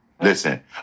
Listen